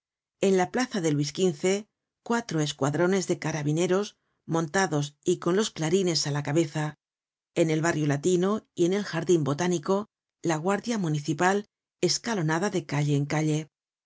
en la plaza de luis xv cuatro escuadrones de carabineros montados y con los clarines á la cabeza en el barrio latino y en el jardin botánico la guardia municipal escalonada de calle en calle